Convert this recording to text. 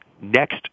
next